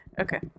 okay